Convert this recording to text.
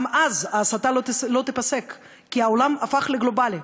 גם אז ההסתה לא תיפסק, כי העולם הפך לגלובלי.